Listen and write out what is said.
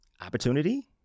Opportunity